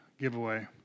giveaway